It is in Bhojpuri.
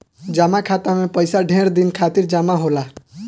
जमा खाता मे पइसा ढेर दिन खातिर जमा होला